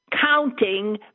counting